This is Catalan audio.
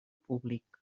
públic